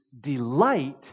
delight